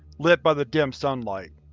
lit by the dim sunlight.